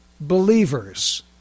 Believers